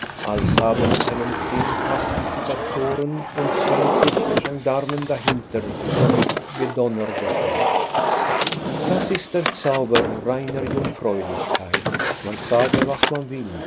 als haben einen zehn paßvisitatoren und zwanzig gendarmen dahinter zurückgedonnerwettert das ist der zauber reiner jungfräulichkeit man sage was man will